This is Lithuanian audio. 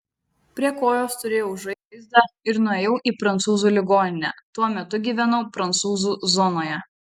prie kojos turėjau žaizdą ir nuėjau į prancūzų ligoninę tuo metu gyvenau prancūzų zonoje